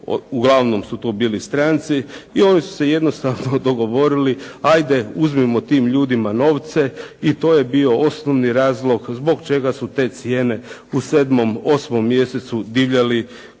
uglavnom su to bili stranci i oni su se jednostavno dogovorili ajde uzmimo tim ljudima novce i to je bio osnovni razlog zbog čega su te cijene u 7., 8. mjesecu divljale